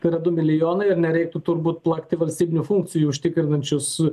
tai yra du milijonai ir nereiktų turbūt plakti valstybinių funkcijų užtikrinančius